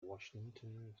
washington